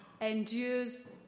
endures